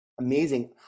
amazing